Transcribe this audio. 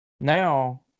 Now